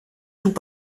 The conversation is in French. tout